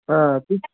آ تُہۍ